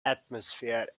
atmosphere